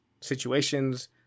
situations